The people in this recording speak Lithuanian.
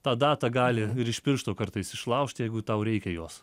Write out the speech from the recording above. tą datą gali ir iš piršto kartais išlaužt jeigu tau reikia jos